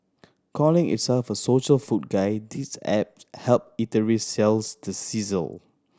calling itself a social food guide this app help eateries sells the sizzle